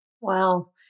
Wow